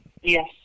Yes